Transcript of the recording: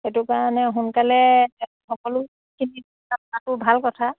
সেইটো কাৰণে সোনকালে সকলোখিনি ভাল কথা